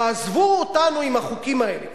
תעזבו אותנו עם החוקים האלה כבר.